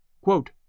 Quote